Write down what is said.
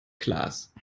glas